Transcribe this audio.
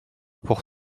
pour